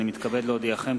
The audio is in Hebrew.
אני מתכבד להודיעכם,